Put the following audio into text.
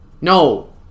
No